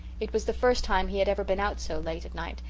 it was the first time he had ever been out so late at night,